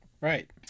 Right